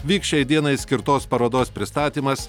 vyks šiai dienai skirtos parodos pristatymas